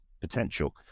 potential